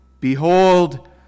Behold